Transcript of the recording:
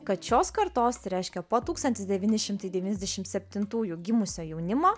kad šios kartos reiškia po tūkstantis devyni šimtai devyniasdešim septintųjų gimusio jaunimo